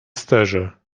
sterze